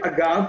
אגב,